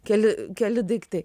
keli keli daiktai